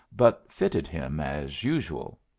but fitted him as usual.